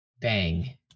Bang